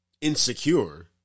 insecure